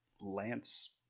Lance